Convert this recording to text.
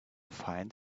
find